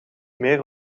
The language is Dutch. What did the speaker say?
meer